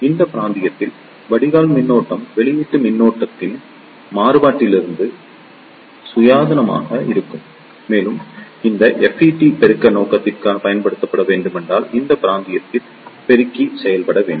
இந்த பிராந்தியத்தில் வடிகால் மின்னோட்டம் வெளியீட்டு மின்னழுத்தத்தின் மாறுபாட்டிலிருந்து சுயாதீனமாக இருக்கும் மேலும் இந்த FET பெருக்க நோக்கத்திற்காக பயன்படுத்தப்பட வேண்டுமானால் இந்த பிராந்தியத்தில் பெருக்கி செயல்பட வேண்டும்